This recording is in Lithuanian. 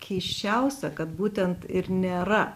keisčiausia kad būtent ir nėra